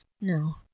no